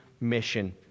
mission